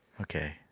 Okay